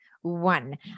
One